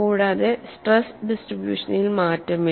കൂടാതെ സ്ട്രെസ് ഡിസ്ട്രിബൂഷനിൽ മാറ്റമില്ല